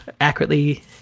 accurately